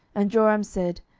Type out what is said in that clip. and joram said,